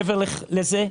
מעבר לזה,